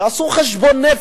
יעשו חשבון נפש: